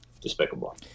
Despicable